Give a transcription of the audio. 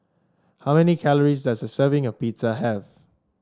how many calories does a serving of Pizza have